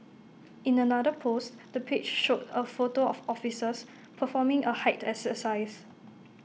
in another post the page showed A photo of officers performing A height exercise